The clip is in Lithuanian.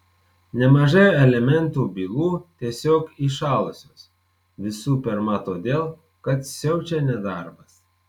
nemažai alimentų bylų tiesiog įšalusios visų pirma todėl kad siaučia nedarbas